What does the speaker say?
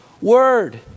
word